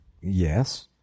Yes